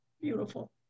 beautiful